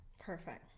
Perfect